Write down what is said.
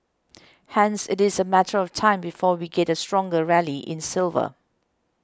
hence it is a matter of time before we get a stronger rally in silver